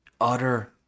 utter